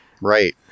right